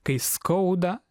kai skauda